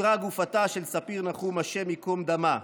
אותרה גופתה של ספיר נחום, השם ייקום דמה.